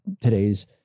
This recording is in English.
today's